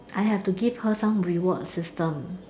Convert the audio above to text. I have to give her some reward system